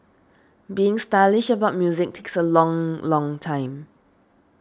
being stylish about music takes a long long time